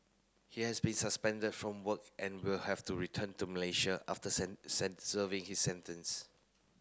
he has been suspended from work and will have to return to Malaysia after serving his sentence